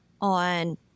on